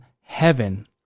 heaven